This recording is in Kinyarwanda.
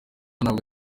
ntabwo